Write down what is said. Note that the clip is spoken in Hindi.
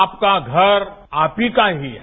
आपका घर आप ही का ही है